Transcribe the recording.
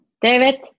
David